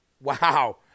Wow